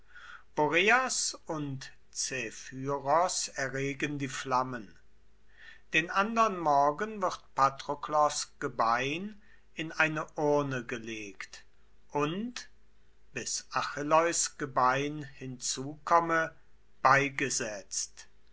und zephyros erregen die flammen den andern morgen wird patroklos gebein in eine urne gelegt und bis achilleus gebein hinzukomme beigesetzt